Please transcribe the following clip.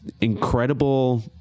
incredible